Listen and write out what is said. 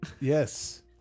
Yes